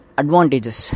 advantages